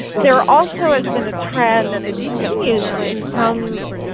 there also has been a trend and it continues in some